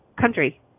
country